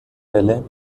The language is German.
quelle